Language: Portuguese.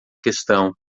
questão